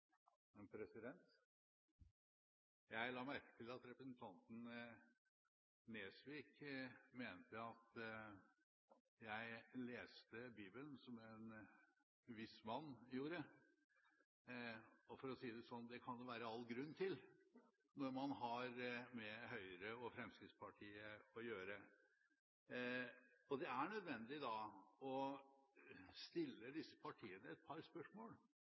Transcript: Jeg la merke til at representanten Nesvik mente at jeg leste Bibelen som en viss mann gjorde. For å si det sånn: Det kan det jo være all grunn til når man har med Høyre og Fremskrittspartiet å gjøre. Det er nødvendig da å stille disse partiene et par spørsmål